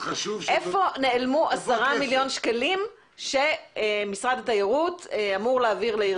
להיכן נעלמו 10 מיליון שקלים שמשרד התיירות אמור להעביר לעיר